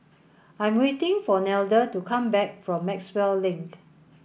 I'm waiting for Nelda to come back from Maxwell Link